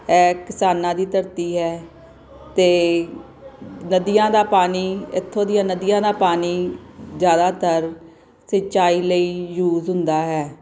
ਇਹ ਕਿਸਾਨਾਂ ਦੀ ਧਰਤੀ ਹੈ ਅਤੇ ਨਦੀਆਂ ਦਾ ਪਾਣੀ ਇੱਥੋਂ ਦੀਆਂ ਨਦੀਆਂ ਦਾ ਪਾਣੀ ਜ਼ਿਆਦਾਤਰ ਸਿੰਚਾਈ ਲਈ ਯੂਜ ਹੁੰਦਾ ਹੈ